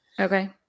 okay